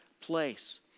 place